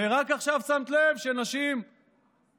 ורק עכשיו שמת לב שנשים סובלות?